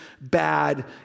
bad